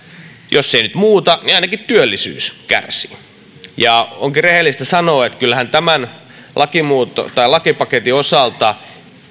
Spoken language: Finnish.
jos ei nyt muuta niin ainakin työllisyys kärsii onkin rehellistä sanoa että kyllähän tämän lakipaketin osalta